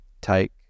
take